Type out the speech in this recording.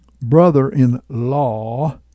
brother-in-law